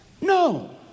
No